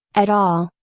at all,